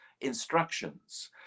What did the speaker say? Instructions